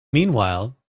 meanwhile